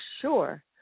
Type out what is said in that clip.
sure